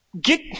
Get